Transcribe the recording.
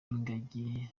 ingagi